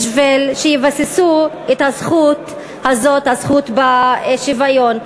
בשביל שיבססו את הזכות הזאת, הזכות לשוויון.